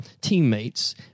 teammates